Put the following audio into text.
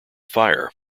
fire